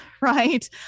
right